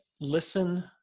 listen